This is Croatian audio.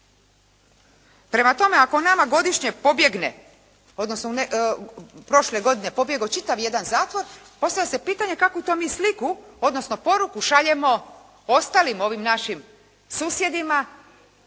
Prema tome, ako nama godišnje pobjegne, odnosno prošle godine pobjegao čitav jedan zatvor, postavlja se pitanje kakvu to mi sliku, odnosno poruku šaljemo ostalim ovim našim susjedima